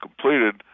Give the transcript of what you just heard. completed